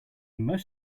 most